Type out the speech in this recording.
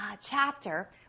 chapter